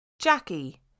Jackie